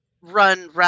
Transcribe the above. run